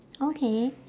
okay